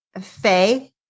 Faye